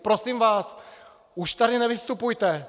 Prosím vás, už tady nevystupujte.